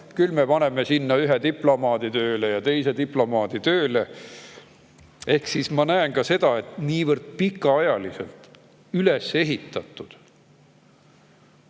küll me paneme sinna ühe diplomaadi ja teise diplomaadi tööle. Ma näen ka seda, et niivõrd pika aja jooksul üles ehitatud